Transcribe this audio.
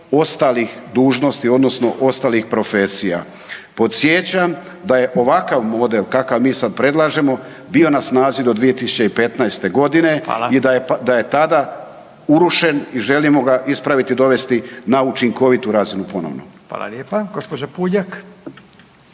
ostalih dužnosti odnosno ostalih profesija. Podsjećam da je ovakav model kakav mi sad predlažemo, bio na snazi do 2015. g. i da je tada urušen i želimo ga ispraviti i dovesti na učinkovitu razinu. Hvala. **Radin,